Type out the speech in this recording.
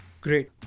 Great